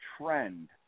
trend